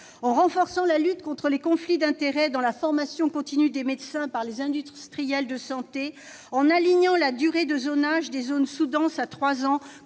En renforçant la lutte contre les conflits d'intérêts dans la formation continue des médecins par les industriels de santé, en alignant la durée du zonage des zones sous-denses- trois ans